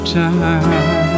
time